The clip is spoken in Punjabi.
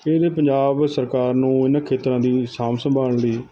ਇਹ ਦੇ ਪੰਜਾਬ ਸਰਕਾਰ ਨੂੰ ਇਨ੍ਹਾਂ ਖੇਤਰਾਂ ਦੀ ਸਾਂਭ ਸੰਭਾਲ ਦੀ